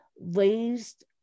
raised